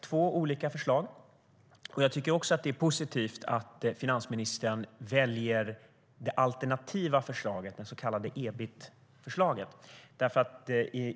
Jag tycker att det är positivt att finansministern väljer det alternativa förslaget, det så kallade EBIT-förslaget.